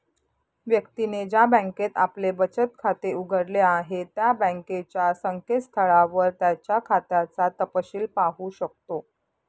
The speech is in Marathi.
व्यक्तीने ज्या बँकेत आपले बचत खाते उघडले आहे त्या बँकेच्या संकेतस्थळावर त्याच्या खात्याचा तपशिल पाहू शकतो